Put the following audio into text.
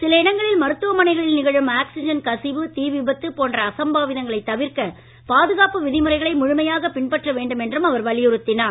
சில இடங்களில் மருத்துவமனைகளில் நிகழும் ஆக்சிஜன் கசிவு தீ விபத்து போன்ற அசம்பாவிதங்களை தவிர்க்க பாதுகாப்பு விதிமுறைகளை முழுமையாக பின்பற்ற வேண்டும் என்றும் அவர் வலியுறுத்தினார்